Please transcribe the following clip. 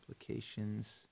Applications